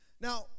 Now